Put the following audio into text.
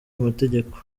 amategeko